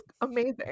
Amazing